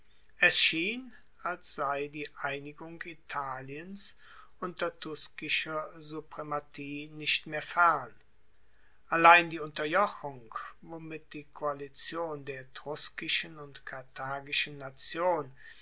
schien als sei die einigung italiens unter tuskischer suprematie nicht mehr fern allein die unterjochung womit die koalition der etruskischen und karthagischen nation